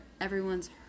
everyone's